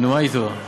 נו, מה אתו?